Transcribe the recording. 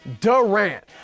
Durant